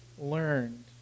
learned